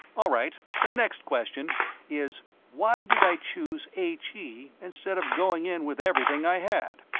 all right, the next question is why did i choose h. e. instead of going in with everything i had?